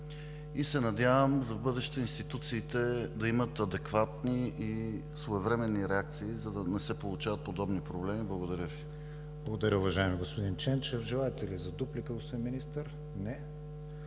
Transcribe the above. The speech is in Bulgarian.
и се надявам в бъдеще институциите да имат адекватни и своевременни реакции, за да не се получават подобни проблеми. Благодаря Ви. ПРЕДСЕДАТЕЛ КРИСТИАН ВИГЕНИН: Благодаря, уважаеми господин Ченчев. Желаете ли дуплика, господин Министър? Не.